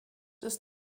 ist